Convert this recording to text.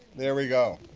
there we go.